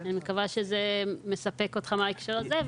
אני מקווה שזה מספק אותך בהקשר הזה.